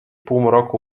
półmroku